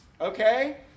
Okay